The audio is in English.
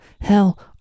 Hell